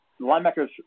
linebackers